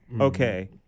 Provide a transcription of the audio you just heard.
okay